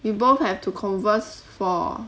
we both have to converse for